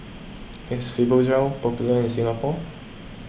is Fibogel popular in Singapore